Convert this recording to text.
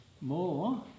more